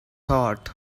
hot